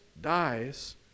dies